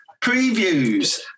previews